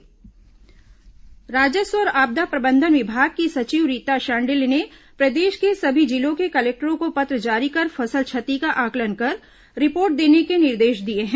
फसल क्षति निर्देश राजस्व और आपदा प्रबंधन विभाग की सचिव रीता शांडिल्य ने प्रदेश के सभी जिलों के कलेक्टरो को पत्र जारी कर फसल क्षति का आंकलन कर रिपोर्ट देने के निर्देश दिए हैं